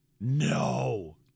No